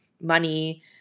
money